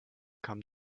come